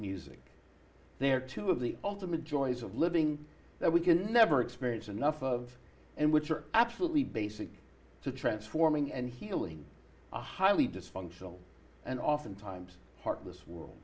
music there are two of the ultimate joys of living that we can never experience enough of and which are absolutely basic to transforming and healing a highly dysfunctional and oftentimes heartless world